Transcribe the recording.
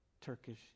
Turkish